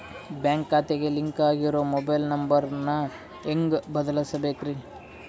Bank ಖಾತೆಗೆ link ಆಗಿರೋ mobile number ನ ಹೆಂಗ್ ಬದಲಿಸಬೇಕ್ರಿ?